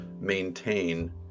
maintain